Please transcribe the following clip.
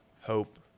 hope